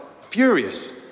furious